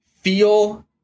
Feel